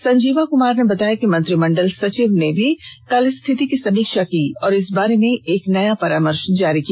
संजीवा क्मार ने बताया कि मंत्रिमंडल सचिव ने भी कल स्थिति की समीक्षा की और इस बारे में एक नया परामर्श जारी किया